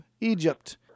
Egypt